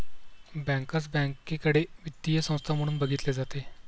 bankers बँकेकडे वित्तीय संस्था म्हणून बघितले जाते